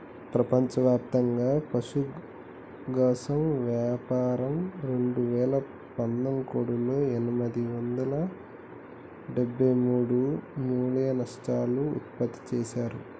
ప్రపంచవ్యాప్తంగా పశుగ్రాసం వ్యాపారం రెండువేల పదకొండులో ఎనిమిది వందల డెబ్బై మూడు మిలియన్టన్నులు ఉత్పత్తి చేశారు